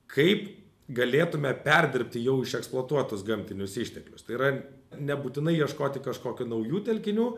kaip galėtume perdirbti jau išeksploatuotus gamtinius išteklius tai yra nebūtinai ieškoti kažkokių naujų telkinių